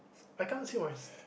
I can't say my